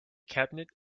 cabinet